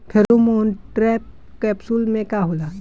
Pheromone trap capsule में का होला?